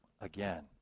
again